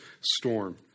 storm